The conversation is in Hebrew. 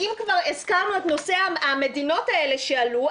אם כבר הזכרנו את נושא המדינות האלה שעלו,